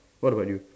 what about you